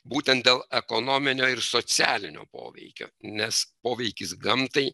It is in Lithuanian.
būtent dėl ekonominio ir socialinio poveikio nes poveikis gamtai